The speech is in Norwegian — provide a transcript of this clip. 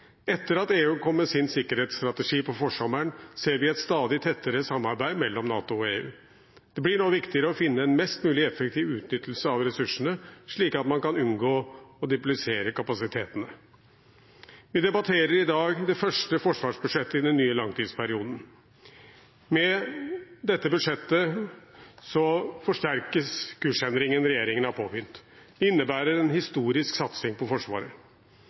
Etter at EU kom med sin sikkerhetsstrategi på forsommeren, ser vi et stadig tettere samarbeid mellom NATO og EU. Det blir nå viktigere å finne en mest mulig effektiv utnyttelse av ressursene, slik at man kan unngå å duplisere kapasitetene. Vi debatterer i dag det første forsvarsbudsjettet i den nye langtidsperioden. Med dette budsjettet forsterkes kursendringen regjeringen har påbegynt. Det innebærer en historisk satsing på Forsvaret.